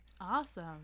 Awesome